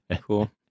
Cool